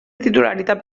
titularitat